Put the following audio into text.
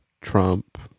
Trump